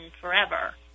forever